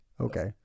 okay